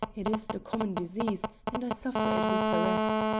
it is the common disease, and i suffer it with the rest.